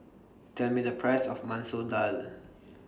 Tell Me The Price of Masoor Dal